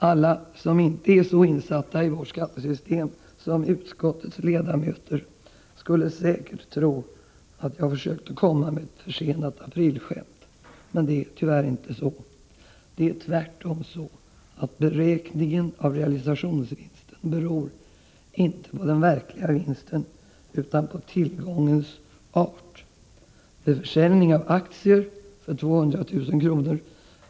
Alla som inte är så insatta i vårt skattesystem som utskottets ledamöter skulle säkert tro att jag försökte komma med ett försenat aprilskämt, men det är tyvärr inte så. Det är tvärtom så, att beräkningen av realisationsvinster beror inte på den verkliga vinsten utan på tillgångens art. Vid försäljning av aktier för 200 000 kr.